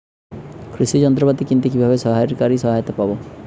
কৃষি যন্ত্রপাতি কিনতে কিভাবে সরকারী সহায়তা পাব?